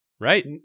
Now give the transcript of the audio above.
right